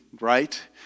right